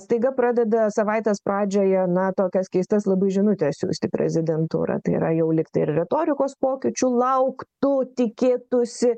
staiga pradeda savaitės pradžioje na tokias keistas labai žinutes siųsti prezidentūra tai yra jau lygtai ir retorikos pokyčių lauktų tikėtųsi